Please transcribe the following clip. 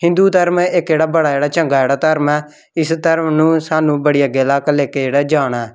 हिंदू धरम इक जेह्ड़ा बड़ा जेह्ड़ा चंगा जेह्ड़ा धरम ऐ इस धरम नू सानूं बड़ी अग्गें तक लेके जेह्ड़ा जाना ऐ